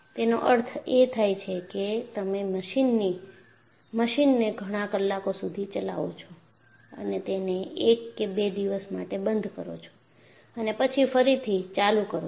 તેનો અર્થ એ થાય છે કે તમે મશીનને ઘણા કલાકો સુધી ચલાવો છો અને તેને એક કે બે દિવસ માટે બંધ કરો છો અને પછી ફરીથી ચાલુ કરો છો